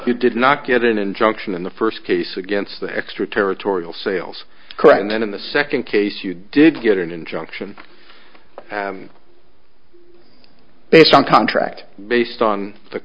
you did not get an injunction in the first case against extraterritorial sales correct and then in the second case you did get an injunction based on contract based on the